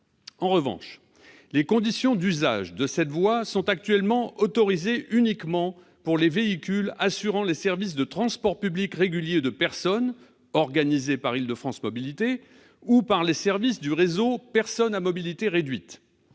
En revanche, les conditions d'usage de cette voie sont actuellement autorisées uniquement pour les véhicules assurant les services de transport public régulier de personnes organisés par Île-de-France Mobilités ou par les services du réseau de transport des personnes à mobilité réduite.